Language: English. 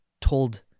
told